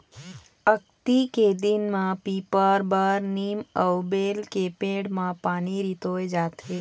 अक्ती के दिन म पीपर, बर, नीम अउ बेल के पेड़ म पानी रितोय जाथे